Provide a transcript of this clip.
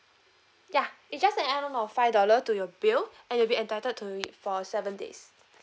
ya it's just an add on of five dollar to your bill and you'll be entitled to it for seven days